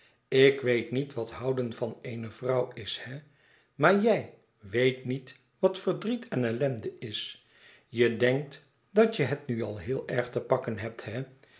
ik weet niet wat houden van eene vrouw is hè maar jij weet niet wat verdriet en ellende is je denkt dat je het nu al heel erg te pakken hebt hè